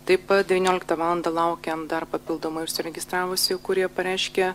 taip pat devynioliktą valandą laukiam dar papildomai užsiregistravusių kurie pareiškė